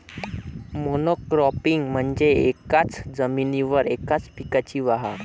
monocropping म्हणजे एकाच जमिनीवर एकाच पिकाची वाढ